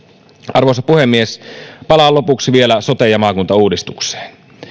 arvoisa puhemies palaan lopuksi vielä sote ja maakuntauudistukseen